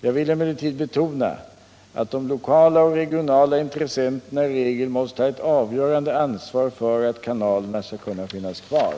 Jag vill emellertid betona att de lokala och regionala intressenterna i regel måste ha ett avgörande ansvar för att kanalerna skall kunna finnas kvar.